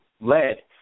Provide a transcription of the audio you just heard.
lead